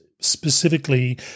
specifically